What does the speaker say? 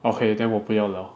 okay then 我不要了